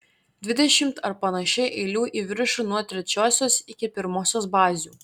dvidešimt ar panašiai eilių į viršų nuo trečiosios iki pirmosios bazių